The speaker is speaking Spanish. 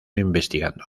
investigando